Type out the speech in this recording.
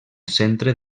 centre